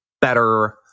better